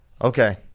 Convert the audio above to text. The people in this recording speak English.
Okay